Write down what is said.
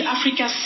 Africa